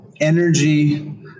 energy